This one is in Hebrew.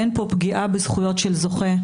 אין פה פגיעה בזכויות של זוכה,